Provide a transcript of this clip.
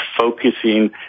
focusing